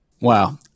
Wow